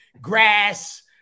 grass